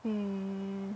mm